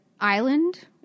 island